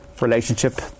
relationship